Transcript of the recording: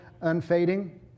unfading